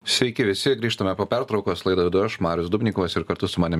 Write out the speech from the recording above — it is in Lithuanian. sveiki visi grįžtame po pertraukos laidą vedu aš marius dubnikovas ir kartu su manim